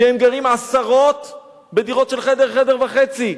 כי הם גרים עשרות בדירות של חדר, חדר וחצי.